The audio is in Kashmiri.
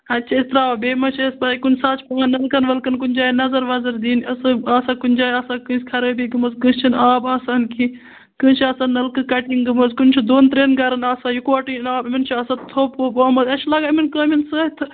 اَتہ چھِ أسۍ تراوان بیٚیہِ مہ چھِ پے کُنہِ ساتہٕ چھِ پیٚوان نَلقَن وَلقَن کُنہِ جایہِ نَظَر وَظَر دِنۍ آسان کُنہِ جایہِ کُنہِ جایہِ آسان کٲنٛسہِ خَرٲبی گٔمٕژ کٲنٛسہِ چھُ نہٕ آب آسان کینٛہہ کٲنٛسہِ چھِ آسان نَلقہٕ کَٹِنٛگ گٔمٕژ کُنہ چھُ دۄن تریٚن گَرَن آسان اِکوٹہٕ آب یِمَن چھُ آسان تھوٚپ ووٚپ آمُت اسہِ چھُ لَگان یمن کامنۍ سۭتۍ تہٕ